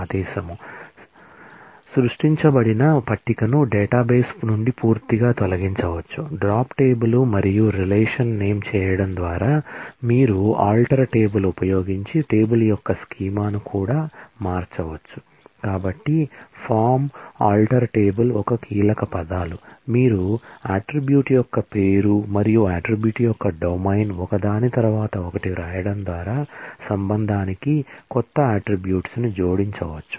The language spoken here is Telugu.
కాబట్టి ఫామ్ ఆల్టర్ టేబుల్ ఒక కీలక పదాలు మీరు అట్ట్రిబ్యూట్ యొక్క పేరు మరియు అట్ట్రిబ్యూట్ యొక్క డొమైన్ ఒకదాని తరువాత ఒకటి వ్రాయడం ద్వారా రిలేషన్ కి కొత్త అట్ట్రిబ్యూట్స్ ని జోడించవచ్చు